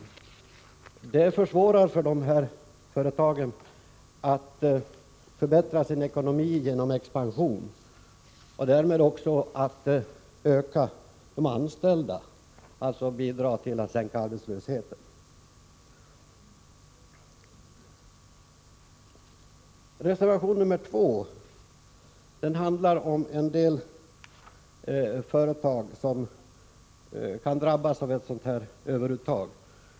Sådana åtgärder gör det svårare för dem att förbättra sin ekonomi genom expansion och därmed också att öka antalet anställda, alltså att bidra till att sänka arbetslösheten. Reservation 2 handlar om en del företag som kan drabbas av ett överuttag.